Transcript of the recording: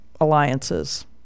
alliances